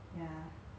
if you buy a